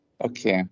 Okay